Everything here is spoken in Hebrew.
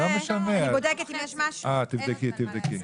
אני בודקת אם יש משהו --- תבדקי, תבדקי.